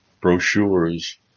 brochures